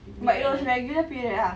but it was regular period ah